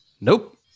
Nope